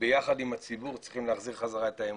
ויחד עם הציבור צריך להחזיר את האמון.